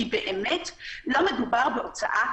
כי באמת לא מדובר בהוצאה